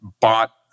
bought